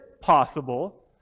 possible